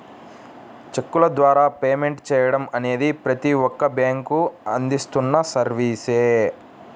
చెక్కుల ద్వారా పేమెంట్ చెయ్యడం అనేది ప్రతి ఒక్క బ్యేంకూ అందిస్తున్న సర్వీసే